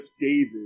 David